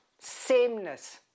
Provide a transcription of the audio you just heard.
sameness